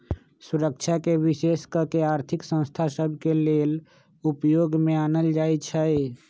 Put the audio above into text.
सुरक्षाके विशेष कऽ के आर्थिक संस्था सभ के लेले उपयोग में आनल जाइ छइ